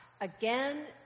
again